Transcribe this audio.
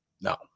No